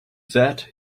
that